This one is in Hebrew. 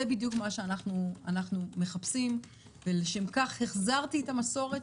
זה בדיוק מה שאנחנו מחפשים ולשם כך החזרתי את המסורת,